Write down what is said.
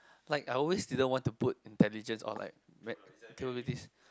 like I always didn't want to put intelligence or like capabilities